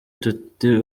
tuti